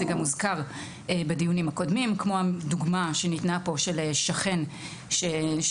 זה גם הוזכר בדיונים הקודמים כמו הדוגמה שניתנה כאן של שכן שנותן